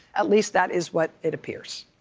at least that is what it appears.